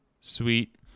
sweet